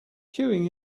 queuing